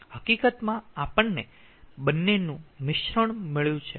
હકીકતમાં આપણને બંનેનું મિશ્રણ મળ્યું છે